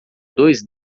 dois